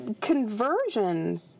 conversion